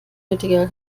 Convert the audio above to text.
nötige